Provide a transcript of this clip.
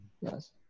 Yes